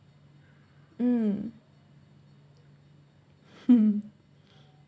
mm